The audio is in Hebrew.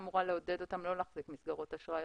אמורה לעודד אותם לא להחזיק מסגרות אשראי,